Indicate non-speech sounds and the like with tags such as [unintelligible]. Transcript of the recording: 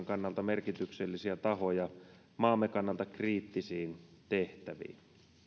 [unintelligible] kannalta merkityksellisiä tahoja maamme kannalta kriittisiin tehtäviin